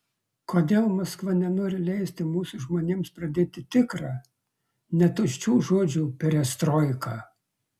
kodėl maskva nenori leisti mūsų žmonėms pradėti tikrą ne tuščių žodžių perestroiką